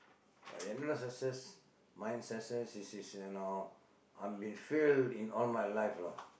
என்னோட:ennooda success my success is is you know I've been failed in all my life lah